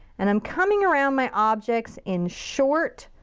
and i'm coming around my objects in short,